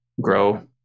grow